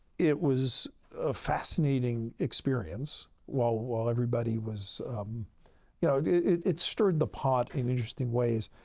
it was a fascinating experience while while everybody was you know, it it stirred the pot in interesting ways.